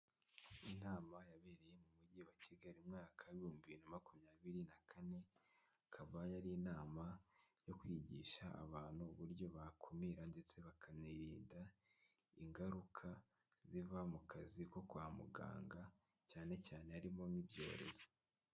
Inama yabereye mu mujyi wa Kigali mu mwaka w’ibihumbi bibiri na makumyabiri na kane ikaba yari inama yo kwigisha abantu uburyo bakumira ndetse bakirinda ingaruka ziva mu kazi ko kwa muganga cyane cyane harimo n'ibyorezo.